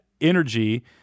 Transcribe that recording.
energy